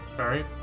Sorry